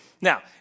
now